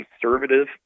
conservative